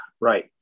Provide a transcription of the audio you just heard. Right